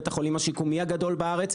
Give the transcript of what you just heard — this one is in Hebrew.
בית החולים השיקומי הגדול בארץ,